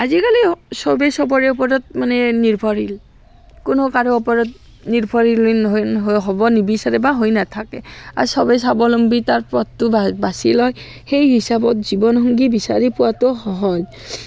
আজিকালি চবেই চবৰে ওপৰত মানে নিৰ্ভৰশীল কোনো কাৰো ওপৰত নিৰ্ভৰশীল হৈ হৈ হ'ব নিবিচাৰে বা হৈ নাথাকে আৰু চবেই স্বাৱলম্বিতাৰ পথটো বা বাচি লয় সেই হিচাপত জীৱনসংগী বিচাৰি পোৱাটো সহজ